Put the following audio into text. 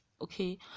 okay